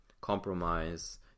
compromise